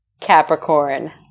Capricorn